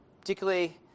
particularly